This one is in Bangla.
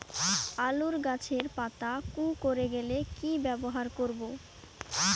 আলুর গাছের পাতা কুকরে গেলে কি ব্যবহার করব?